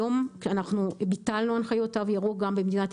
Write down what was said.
אבל היום ביטלנו את הנחיות התו הירוק לאור